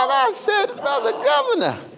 i said brother governor,